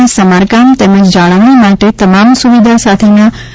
ના સમારકામ તેમજ જાળવણી માટે તમામ સુવિધા સાથેના રૂા